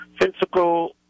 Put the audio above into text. physical